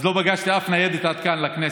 אז לא פגשתי אף ניידת עד כאן בכנסת,